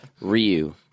Ryu